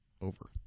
Over